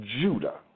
Judah